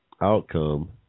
outcome